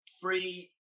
Free